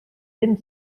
ben